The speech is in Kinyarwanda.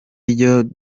ryo